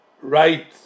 right